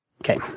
okay